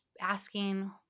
asking